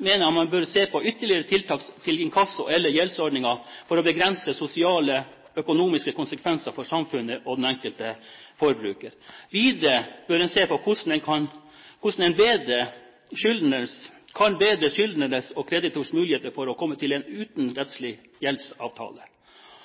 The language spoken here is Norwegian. mener man bør se på ytterligere tiltak til inkasso- eller gjeldsordningen for å begrense sosiale og økonomiske konsekvenser for samfunnet og den enkelte forbruker. Videre bør en se på hvordan en kan bedre skyldnernes og kreditors muligheter for å komme til en